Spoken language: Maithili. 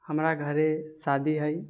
हमरा घरे शादी है